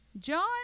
John